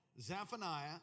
Zephaniah